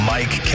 Mike